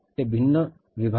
ते भिन्न विभाग आहेत